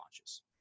launches